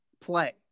play